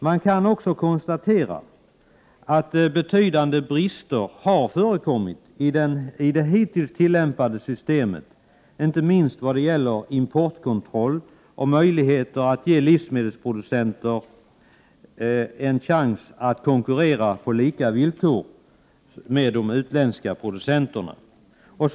Man kan också konstatera att betydande brister har förekommit i det hittills tillämpade systemet, inte minst vad gäller importkontroll och möjligheten att ge livsmedelsproducenter en chans att konkurrera med de utländska producenterna på lika villkor.